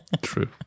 True